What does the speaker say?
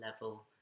level